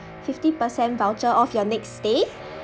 fifty percent voucher off your next stay